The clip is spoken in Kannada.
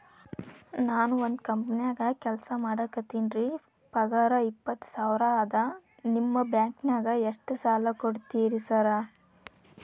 ನಾನ ಒಂದ್ ಕಂಪನ್ಯಾಗ ಕೆಲ್ಸ ಮಾಡಾಕತೇನಿರಿ ಪಗಾರ ಇಪ್ಪತ್ತ ಸಾವಿರ ಅದಾ ನಿಮ್ಮ ಬ್ಯಾಂಕಿನಾಗ ಎಷ್ಟ ಸಾಲ ಕೊಡ್ತೇರಿ ಸಾರ್?